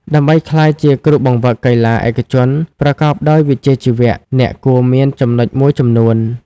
ដើម្បីក្លាយជាគ្រូបង្វឹកកីឡាឯកជនប្រកបដោយវិជ្ជាជីវៈ អ្នកគួរមានចំណុចមួយចំនួន។